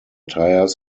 tires